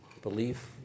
belief